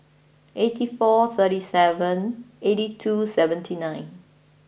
eighty four thirty seven eighty two seventy nine